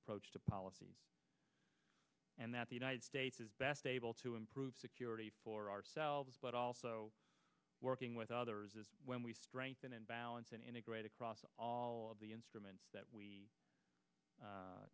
approach to policy and that the united states is best able to improve security for ourselves but also working with others is when we strengthen and balance and integrate across all of the instruments that we